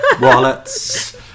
wallets